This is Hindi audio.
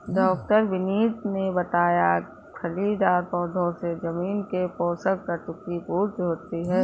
डॉ विनीत ने बताया फलीदार पौधों से जमीन के पोशक तत्व की पूर्ति होती है